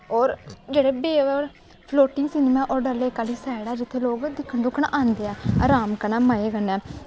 और जेह्ड़े mall floating cinema ऐ ओह् डल लेक आह्ली साईड ऐ जित्थै लोग दिक्खन दुक्खन औंदे ऐं अराम कन्नै मजे कन्नै